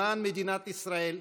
למען מדינת ישראל,